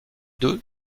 deux